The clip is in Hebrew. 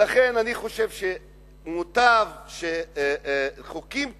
אני חושב שמוטב שחוקים כאלה,